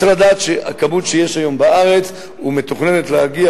צריך לדעת שהכמות שיש היום בארץ ומתוכננת להגיע,